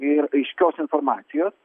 ir aiškios informacijos